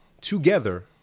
together